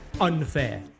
unfair